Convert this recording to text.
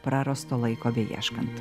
prarasto laiko beieškant